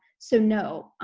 so no,